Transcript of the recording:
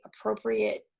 appropriate